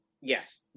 Yes